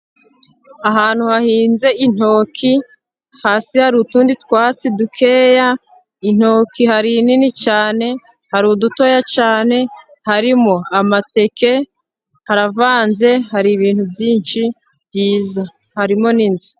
Ahantu hahinze intoki, hasi hari utundi twatsi dukeya, intoki hari ini cyane, hari udutoya cyane, harimo amateke, haravanze hari ibintu byinshi byiza, harimo n'inzu.